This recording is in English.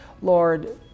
Lord